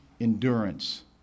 endurance